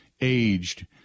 aged